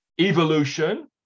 Evolution